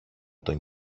τον